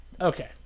okay